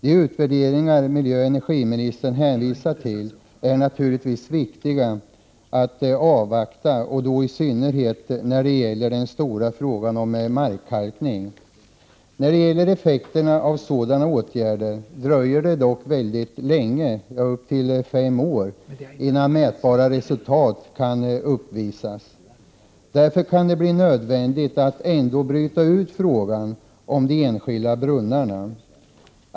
De utvärderingar miljöoch energiministern hänvisar till är naturligtvis viktiga att avvakta, i synnerhet när det gäller den stora frågan om markkalkning. När det gäller effekterna av sådana åtgärder dröjer det dock väldigt länge, upp till fem år, innan mätbara resultat kan uppvisas. Därför kan det bli nödvändigt att ändå bryta ut frågan om de enskilda brunnarna.